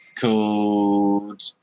called